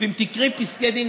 אם תקראו את פסקי הדין,